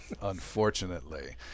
Unfortunately